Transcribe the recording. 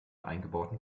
eingebauten